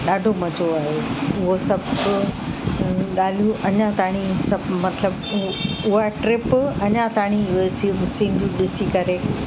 ॾाढो मज़ो आयो उहो सभु ॻाल्हियूं अञा ताईं सभु मतिलबु उहा ट्रिप अञा ताईं उहा सिप सिनरियूं ॾिसी करे